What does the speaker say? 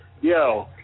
Yo